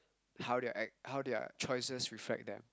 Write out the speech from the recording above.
how did I how their choices reflect them